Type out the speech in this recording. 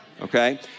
Okay